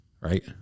Right